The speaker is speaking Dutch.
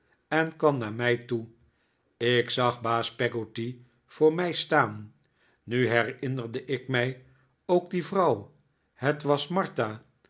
en kwam naar mij toe ik zag baas peggotty voor mij staan nu herinnerde ik mij ook die vrouw het was martha